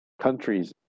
countries